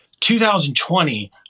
2020